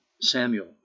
Samuel